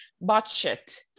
budget